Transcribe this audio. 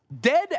Dead